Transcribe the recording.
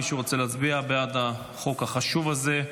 מי שרוצה להצביע בעד החוק החשוב הזה,